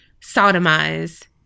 sodomize